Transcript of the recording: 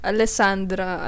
Alessandra